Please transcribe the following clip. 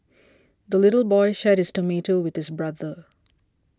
the little boy shared his tomato with his brother